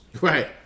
Right